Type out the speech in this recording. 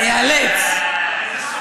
איאלץ,